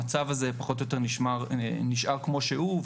המצב הזה פחות או יותר נשאר כמו שהוא,